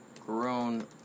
grown